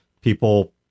people